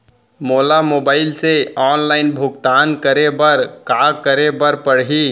मोला मोबाइल से ऑनलाइन भुगतान करे बर का करे बर पड़ही?